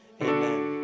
amen